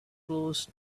close